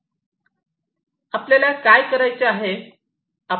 आपल्याला काय करायचे आहे